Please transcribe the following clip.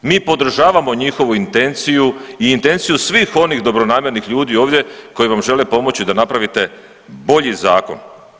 Mi podržavamo njihovu intenciju i intenciju svih onih dobronamjernih ljudi ovdje koji vam žele pomoći da napravite bolji zakon.